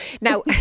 now